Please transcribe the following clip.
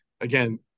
Again